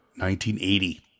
1980